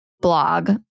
blog